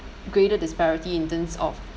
greater disparity in terms of